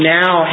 now